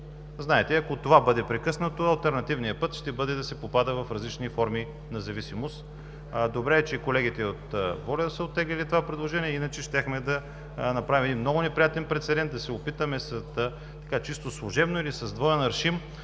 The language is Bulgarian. Знаете, че ако това бъде прекъснато, алтернативният път ще бъде да се попада в различни форми на зависимост. Добре е, че колегите от „Воля“ са оттеглили това предложение. Иначе щяхме да направим един много неприятен прецедент – да се опитаме служебно или с двоен аршин